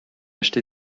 acheter